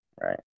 Right